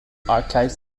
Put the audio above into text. archives